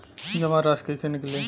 जमा राशि कइसे निकली?